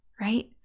right